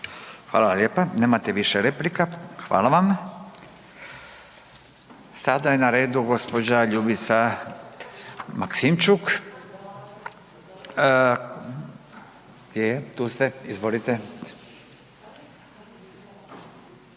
vam lijepa. Nemate više replika, hvala vam. Sada je na redu gospođa Ljubica Maksimčuk, gdje je, tu ste, izvolite.